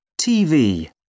TV